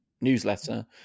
newsletter